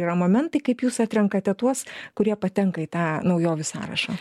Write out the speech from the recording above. yra momentai kaip jūs atrenkate tuos kurie patenka į tą naujovių sąrašą